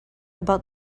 about